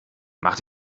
mach